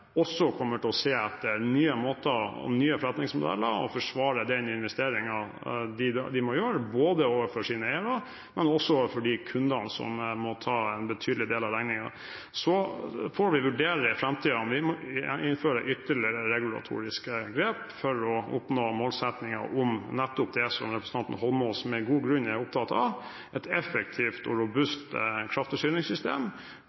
også kommer til å se etter nye måter og nye forretningsmodeller og forsvare den investeringen de må gjøre, både overfor sine eiere og for kundene som må ta en betydelig del av regningen. Så får vi vurdere i framtiden om vi må innføre ytterligere regulatoriske grep for å oppnå målsettingen om nettopp det representanten Holmås med god grunn er opptatt av, nemlig et effektivt og